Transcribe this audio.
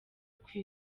kwi